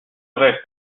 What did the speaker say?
reste